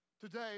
Today